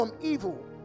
evil